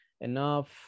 enough